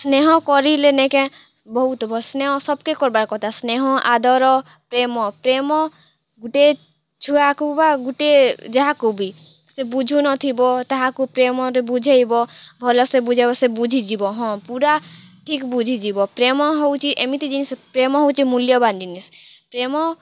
ସ୍ନେହ କରିଲେ ନାଇ କାଏଁ ବହୁତ୍ ଭଲ୍ ସ୍ନେହ ସବ୍କେ କର୍ବାର୍ କଥା ସ୍ନେହ ଆଦର ପ୍ରେମ ପ୍ରେମ ଗୋଟିଏ ଛୁଆକୁ ବା ଗୋଟିଏ ଯାହାକୁ ବି ସେ ବୁଝୁ ନ ଥିବ ତାହାକୁ ପ୍ରେମରେ ବୁଝେଇବ ଭଲସେ ବୁଝେଇବ ସେ ବୁଝି ଯିବ ହଁ ପୁରା ଠିକ୍ ବୁଝି ଯିବ ପ୍ରେମ ହେଉଛି ଏମିତି ଜିନିଷ ପ୍ରେମ ହେଉଛି ମୂଲ୍ୟବାନ୍ ଜିନିଷ୍ ପ୍ରେମ